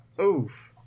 Oof